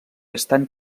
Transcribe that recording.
estan